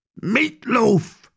Meatloaf